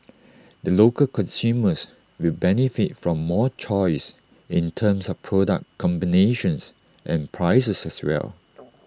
the local consumers will benefit from more choice in terms of product combinations and prices as well